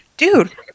dude